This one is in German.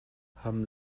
haben